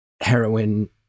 heroin